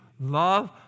Love